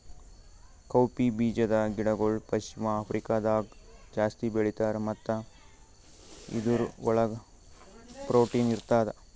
cowpea ಬೀಜದ ಗಿಡಗೊಳ್ ಪಶ್ಚಿಮ ಆಫ್ರಿಕಾದಾಗ್ ಜಾಸ್ತಿ ಬೆಳೀತಾರ್ ಮತ್ತ ಇದುರ್ ಒಳಗ್ ಪ್ರೊಟೀನ್ ಇರ್ತದ